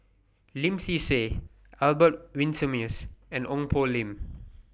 Lim Swee Say Albert Winsemius and Ong Poh Lim